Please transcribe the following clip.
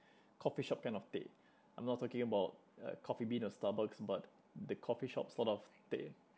coffee shop kind of teh I'm not talking about uh Coffee Bean or Starbucks but the coffee shop sort of teh